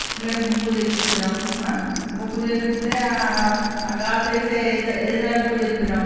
మేము బుక్ చేపిచ్చినాం బుక్ చేయిస్తే ఆ గాస్ వేసే ఏజె ఏజెంట్కు చెప్పినాం